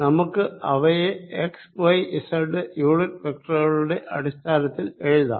നമുക്ക് അവയെ X Y Z unit വെക്റ്ററുകളുടെ അടിസ്ഥാനത്തിൽ എഴുതാം